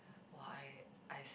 why I s~